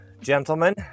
gentlemen